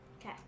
Okay